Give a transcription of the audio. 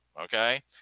okay